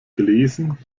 gelesen